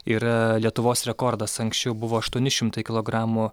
yra lietuvos rekordas anksčiau buvo aštuoni šimtai kilogramų